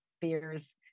beers